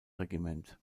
regiment